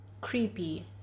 creepy